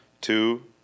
Two